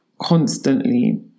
constantly